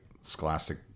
scholastic